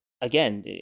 again